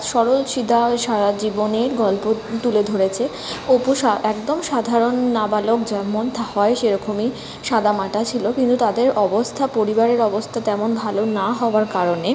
সরল সিধা সারা জীবনের গল্প তুলে ধরেছে অপু সা একদম সাধারণ নাবালক যেমন থা হয় সেরকমই সাদামাটা ছিল কিন্তু তাদের অবস্থা পরিবারের অবস্থা তেমন ভালো না হবার কারণে